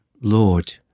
Lord